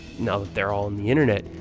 now that they are all on the internet,